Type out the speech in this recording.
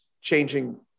changing